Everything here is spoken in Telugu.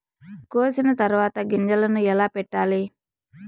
కోసిన తర్వాత గింజలను ఎలా పెట్టాలి